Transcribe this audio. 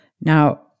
Now